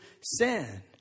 sin